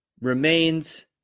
remains